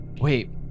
wait